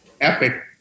epic